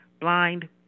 blind